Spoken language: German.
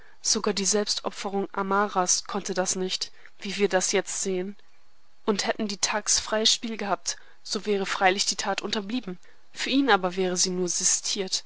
sogar die selbstopferung amaras konnte das nicht wie wir das jetzt sehen und hätten die thags freies spiel gehabt so wäre freilich die tat unterblieben für ihn aber wäre sie nur